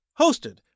hosted